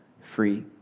free